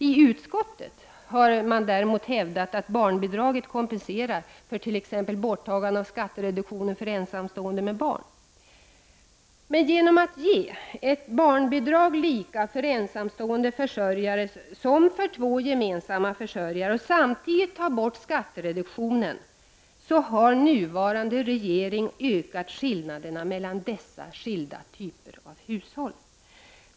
I utskottet har man däremot hävdat att barnbidraget kompenserar för t.ex. borttagande av skattereduktion för ensamstående med barn. Genom att ge ett lika stort barnbidrag för barn med ensamstående försörjare som för barn med två gemensamma försörjare och samtidigt ta bort skattereduktionen, har den nuvarande regeringen ökat skillnaderna mellan dessa olika typer av hushåll.